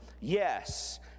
Yes